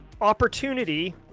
opportunity